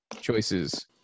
choices